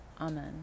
Amen